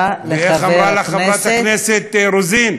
איך אמרה לך חברת הכנסת רוזין,